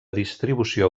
distribució